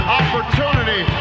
opportunity